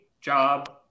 job